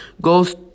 goes